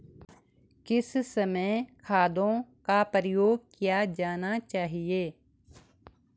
किस समय खादों का प्रयोग किया जाना चाहिए?